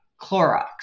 Clorox